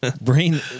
Brain